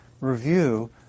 review